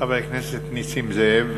חבר הכנסת נסים זאב,